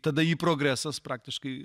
tada jį progresas praktiškai